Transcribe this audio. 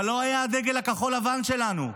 אבל לא היה הדגל הכחול-לבן שלנו,